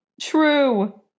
true